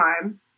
time